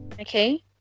Okay